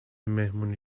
مهمونی